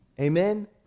Amen